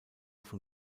von